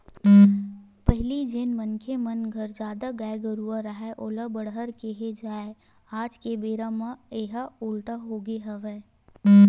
पहिली जेन मनखे मन घर जादा गाय गरूवा राहय ओला बड़हर केहे जावय आज के बेरा म येहा उल्टा होगे हवय